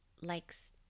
likes